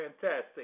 fantastic